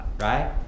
Right